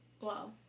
Wow